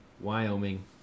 Wyoming